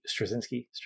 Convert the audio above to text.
Straczynski